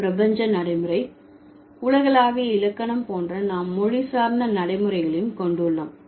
பிரபஞ்ச நடைமுறை உலகளாவிய இலக்கணம் போன்ற நாம் மொழி சார்ந்த நடைமுறைகளையும் கொண்டுள்ளோம்